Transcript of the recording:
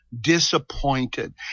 disappointed